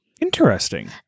Interesting